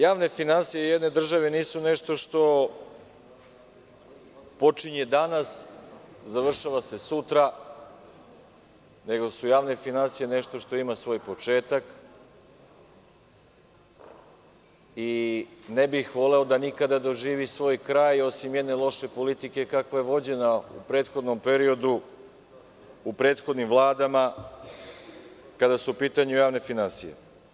Javne finansije jedne države nisu nešto što počinje danas, završava se sutra, nego su javne finansije nešto što ima svoj početak i ne bih voleo da ikada doživi svoj kraj, osim jedne loše politike kakva je vođena u prethodnom periodu, u prethodnim Vladama, kada su upitanju javne finansije.